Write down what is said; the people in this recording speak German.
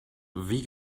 wie